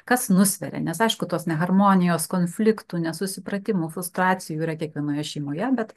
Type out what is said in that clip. kas nusveria nes aišku tos neharmonijos konfliktų nesusipratimų frustracijų yra kiekvienoje šeimoje bet